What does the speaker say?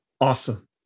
Awesome